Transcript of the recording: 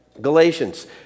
Galatians